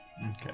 okay